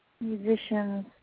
musicians